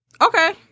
Okay